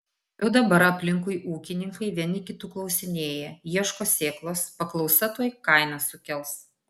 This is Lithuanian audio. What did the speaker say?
jau dabar aplinkui ūkininkai vieni kitų klausinėja ieško sėklos paklausa tuoj kainas sukels